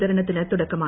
വിതരണത്തിനു തുടക്കമായി